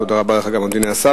תודה לך, אדוני השר.